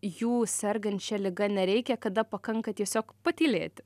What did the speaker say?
jų sergant šia liga nereikia kada pakanka tiesiog patylėti